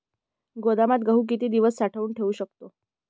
गोदामात गहू किती दिवस साठवून ठेवू शकतो?